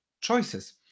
choices